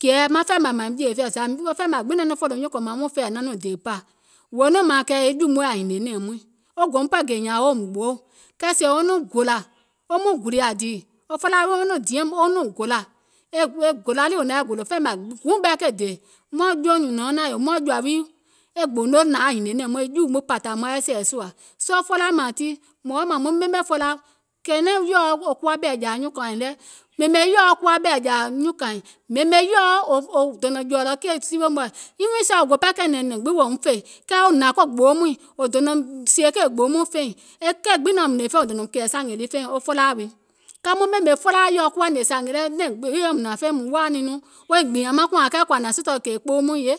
Kɛ̀ maŋ fɛɛ̀mȧì mȧim jèè fɛ̀ɛ̀, maŋ fɛ̀ɛ̀mȧì gbiŋ nɔŋ zȧ naŋ nɔŋ fòlò nyuùŋ kòmaŋ mɔɔ̀ŋ fɛ̀ɛ̀ naŋ nɔŋ dè pȧ, wòò nɔŋ maȧŋ e jùumùŋ yaȧ hìnìè nɛ̀ɛ̀ŋ muìŋ wo go pɛɛ gè nyȧȧŋ woum gboò, kɛɛ sèè wo nɔŋ gòlȧ, woum nɔŋ gùlìȧ dìì, wo felaa wii woum mɔŋ diɛ̀ŋ wo nɔŋ gòlȧ, e gòla lii wò naŋ yɛi gòlò fɛ̀ɛ̀mȧì guùŋ ɓɛɛ ke dè, muȧum jɔùŋ nyùnɔ̀ɔŋ naȧŋ muȧŋ jɔ̀ȧ wii e gbòòno nȧŋ yaȧ hìnìè nɛ̀ɛ̀ŋ muìŋ e jùumùŋ pȧtȧ maŋ yɛi sɛ̀ɛ̀ sùȧ, soo felaa mȧȧŋ tii mùŋ woȧ mȧȧŋ muŋ ɓemè felaa, kɛ̀ɛ̀nɛɛ̀ŋ yɔ̀ɔ wò kuwa ɓɛ̀ɛ̀jȧȧ nyuùŋ kȧìŋ lɛ, ɓèmè yɔ̀ɔ kuwa ɓɛ̀ɛ̀jȧȧ nyuùŋ kȧìŋ, ɓèmè wò dònȧŋ jɔ̀ɔ̀lɔ̀ kèè siwè mɔ̀ɛ̀, evenself sèè pɛɛ wò go ɓɛɛ kɛ̀ɛ̀nɛ̀ŋ nɛ̀ŋ gbiŋ wèè woum fè kɛɛ wo hnȧŋ ko gboo muìŋ wò dònȧùm sìè kèè gboo muìŋ feìŋ, e keì gbiŋ naum hnè feìŋ wò dònȧùm kɛ̀ɛ̀ sȧngè lii feìŋ, wo felaa wii, kɛɛ maŋ ɓèmè felaaȧ yɔ̀ɔ kuwȧ ngèè sȧngè lɛ, nɛ̀ŋ gbiŋ yeum hnȧŋ feìŋ mùŋ woȧìŋ niŋ nɔŋ woiŋ gbììȧŋ maŋ kùȧŋ wȧȧŋ kɛɛ kɔ̀ȧ nȧŋ kɛɛ sɔ̀ɔ̀ kèè kpoo mɔɛ̀ŋ ye,